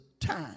time